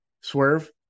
Swerve